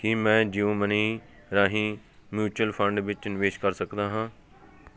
ਕੀ ਮੈਂ ਜੀਓਮਨੀ ਰਾਹੀਂ mutual fund ਵਿੱਚ ਨਿਵੇਸ਼ ਕਰ ਸਕਦਾ ਹਾਂ